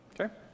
Okay